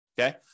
okay